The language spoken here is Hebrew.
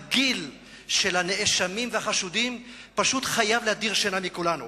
הגיל של הנאשמים והחשודים פשוט חייב להדיר שינה מכולנו.